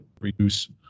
reduce